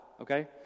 okay